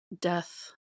death